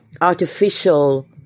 artificial